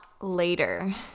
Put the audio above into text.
later